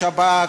והשב"כ,